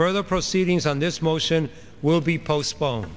further proceedings on this motion will be postpone